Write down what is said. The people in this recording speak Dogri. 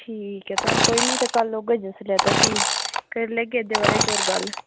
ठीक ऐ ते कोई नीं कल औगे जिसलै ते फ्ही करी लैगे इं'दे बारे च गल्ल